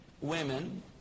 women